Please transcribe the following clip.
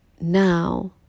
now